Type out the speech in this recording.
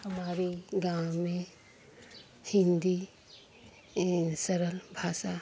हमारे गाँव में हिन्दी ए सरल भाषा